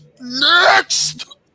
next